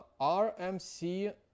RMC